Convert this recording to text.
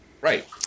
right